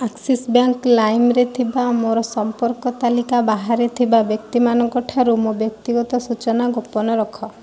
Axis bank ଲାଇମ୍ରେ ଥିବା ମୋର ସମ୍ପର୍କ ତାଲିକା ବାହାରେ ଥିବା ବ୍ୟକ୍ତିମାନଙ୍କଠାରୁ ମୋ ବ୍ୟକ୍ତିଗତ ସୂଚନା ଗୋପନ ରଖ